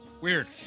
Weird